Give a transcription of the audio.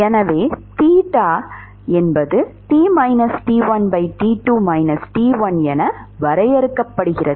எனவே தீட்டா என வரையறுக்கப்படுகிறது